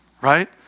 right